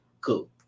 cool